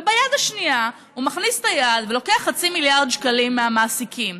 וביד השנייה הוא מכניס את היד ולוקח חצי מיליארד שקלים מהמעסיקים.